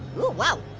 whoa.